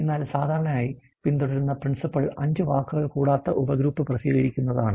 എന്നാൽ സാധാരണയായി പിന്തുടരുന്ന പ്രിൻസിപ്പൽ 5 വാക്കുകളിൽ കൂടാത്ത ഉപഗ്രൂപ്പ് പ്രസിദ്ധികരിക്കുന്നതു ആണ്